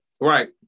Right